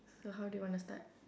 so how do you wanna start